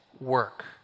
work